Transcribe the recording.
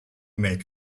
make